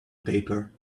paper